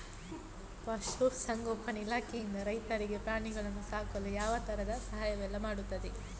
ಪಶುಸಂಗೋಪನೆ ಇಲಾಖೆಯಿಂದ ರೈತರಿಗೆ ಪ್ರಾಣಿಗಳನ್ನು ಸಾಕಲು ಯಾವ ತರದ ಸಹಾಯವೆಲ್ಲ ಮಾಡ್ತದೆ?